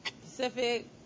Pacific